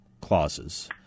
clauses